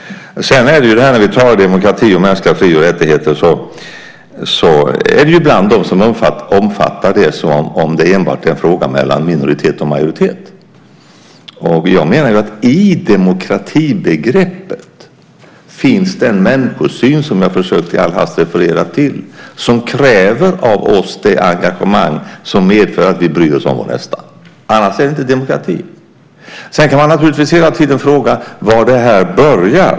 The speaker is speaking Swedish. Sedan är det ju så, när vi talar om demokrati och mänskliga fri och rättigheter, att det ibland finns de som omfattar det som om det enbart är en fråga mellan minoritet och majoritet. Jag menar ju att det i demokratibegreppet finns en människosyn, som jag i all hast försökte referera till, som kräver av oss det engagemang som medför att vi bryr oss om vår nästa. Annars är det inte demokrati. Sedan kan man naturligtvis hela tiden fråga sig var det här börjar.